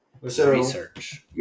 Research